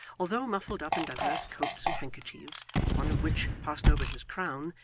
although muffled up in divers coats and handkerchiefs one of which, passed over his crown,